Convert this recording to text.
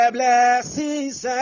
Blessings